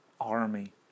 army